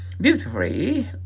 beautifully